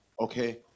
okay